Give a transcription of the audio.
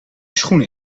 schoenen